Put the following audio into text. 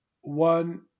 one